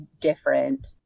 different